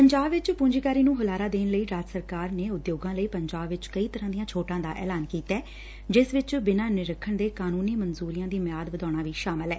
ਪੰਜਾਬ ਵਿੱਚ ਪੰਜੀਕਾਰੀ ਨੂੰ ਹੁਲਾਰਾ ਦੇਣ ਲਈ ਰਾਜ ਸਰਕਾਰ ਨੇ ਉਦਯੋਗਾਂ ਲਈ ਪੰਜਾਬ ਵਿੱਚ ਕਈ ਤਰ੍ਕਾਂ ਦੀਆਂ ਛੋਟਾਂ ਦਾ ਐਲਾਨ ਕੀਤੈ ਜਿਸ ਵਿੱਚ ਬਿਨਾਂ ਨਿਰੀਖਣ ਦੇ ਕਾਨੂੰਨੀ ਮਨਜੂਰੀਆਂ ਦੀ ਮਿਆਦ ਵਧਾਉਣਾ ਵੀ ਸ਼ਾਮਲ ਐ